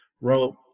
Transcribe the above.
wrote